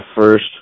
first